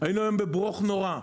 היינו היום בברוך נורא,